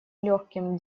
легким